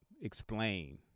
explain